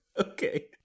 Okay